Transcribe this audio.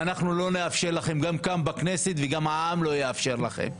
אנחנו לא נאפשר לכם גם כאן בכנסת וגם העם לא יאפשר לכם.